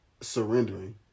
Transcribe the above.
surrendering